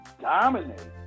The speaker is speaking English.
dominate